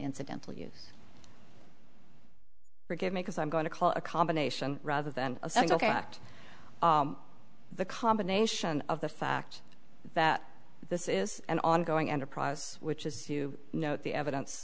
incidental use forgive me because i'm going to call a combination rather than a second ok but the combination of the fact that this is an ongoing enterprise which is you know the evidence